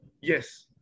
Yes